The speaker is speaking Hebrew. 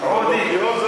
עודֶה.